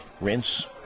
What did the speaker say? rinse